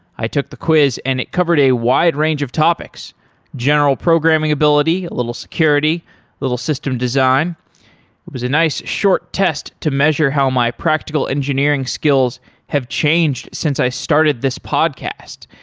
i took the quiz and it covered a wide range of topics general programming ability, a little security, a little system design. it was a nice short test to measure how my practical engineering skills have changed since i started this podcast.